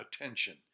attention